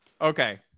okay